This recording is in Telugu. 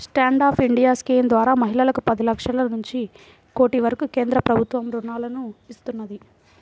స్టాండ్ అప్ ఇండియా స్కీమ్ ద్వారా మహిళలకు పది లక్షల నుంచి కోటి వరకు కేంద్ర ప్రభుత్వం రుణాలను ఇస్తున్నది